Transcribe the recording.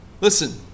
Listen